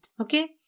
okay